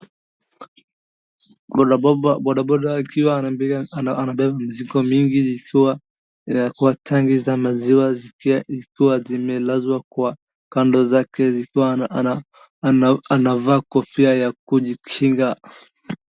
Mwanababa wa bodaboda akiwa anabeba mizigo mingi zikiwa kwa tanki za maziwa zikiwa zimelazwa kwa kando yake ikiwa anavaa kofia ya kujikinga.